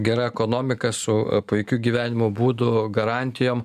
gera ekonomika su puikiu gyvenimo būdu garantijom